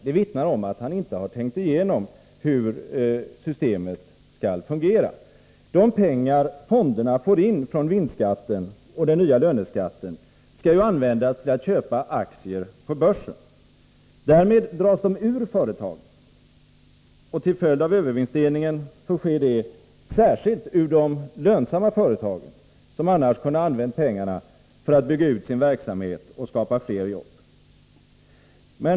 Det vittnar om att han inte har tänkt igenom hur systemet skall fungera. De pengar fonderna får in från vinstskatten och den nya löneskatten skall ju användas till att köpa aktier på börsen. Därmed dras de ur företagen, och till följd av övervinstdelningen särskilt ur de lönsamma företagen, som annars kunde ha använt pengarna för att bygga ut sin verksamhetoch skapa fler jobb.